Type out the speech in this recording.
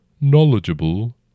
knowledgeable